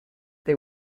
they